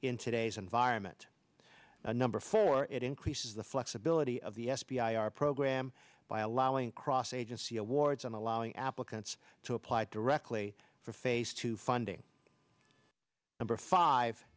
in today's environment number four it increases the flexibility of the s v r program by allowing cross agency awards and allowing applicants to apply directly for phase two funding number five